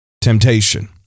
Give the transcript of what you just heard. temptation